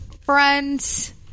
friends